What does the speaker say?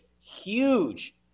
huge